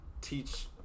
teach